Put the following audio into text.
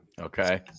Okay